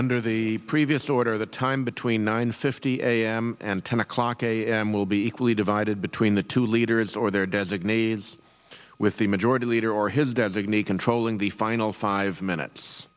under the previous order the time between nine fifty a m and ten o'clock a m will be equally divided between the two leaders or their designees with the majority leader or his designee controlling the final five minutes